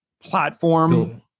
platform